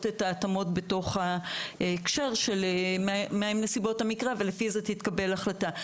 את ההתאמות בתוך הקשר של נסיבות המקרה ולפי זה תתקבל החלטה.